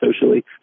socially